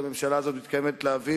הממשלה של קדימה היא